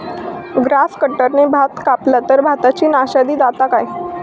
Grass कटराने भात कपला तर भाताची नाशादी जाता काय?